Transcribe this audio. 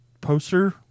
poster